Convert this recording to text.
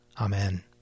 Amen